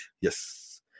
Yes